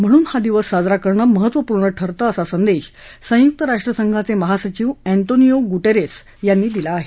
म्हणून हा दिवस साजरा करण महत्त्वपूर्ण ठरतं असा संदेश संयुक्त राष्ट्रसंघाचे महासचिव अँतोनियो गुटेरस यांनी दिला आहे